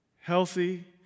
Healthy